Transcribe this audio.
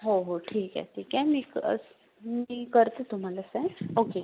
हो हो ठीक आहे ठीक आहे मी कर मी करते तुम्हाला फॅन ओके